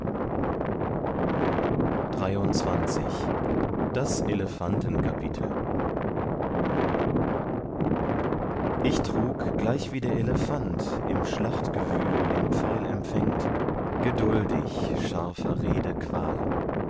ich trug gleichwie der elefant im schlachtgewühl den pfeil empfängt geduldig scharfer rede qual